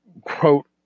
quote